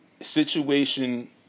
situation